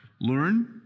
learn